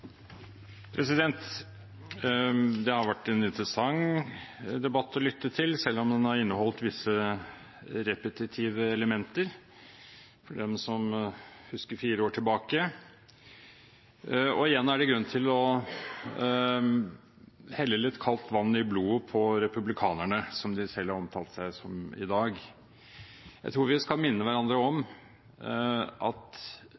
Det har vært en interessant debatt å lytte til, selv om den har inneholdt visse repetitive elementer for den som husker fire år tilbake. Igjen er det grunn til å helle litt kaldt vann i blodet på republikanerne, som de selv har omtalt seg som i dag. Jeg tror vi skal minne hverandre om at